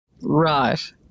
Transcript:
Right